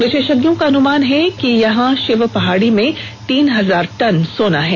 विशेषज्ञों का अनुमान है कि वहां शिव पहाड़ी में तीन हजार टन सोना है